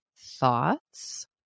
Thoughts